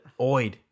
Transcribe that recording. oid